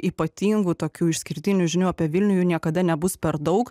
ypatingų tokių išskirtinių žinių apie vilnių jų niekada nebus per daug